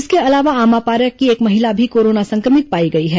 इसके अलावा आमापारा की एक महिला भी कोरोना सं क्र मित पाई गई है